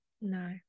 no